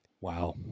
Wow